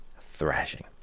thrashing